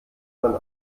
man